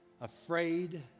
afraid